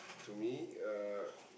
to me uh